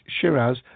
Shiraz